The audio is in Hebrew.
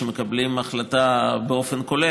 שמקבלים החלטה באופן כולל.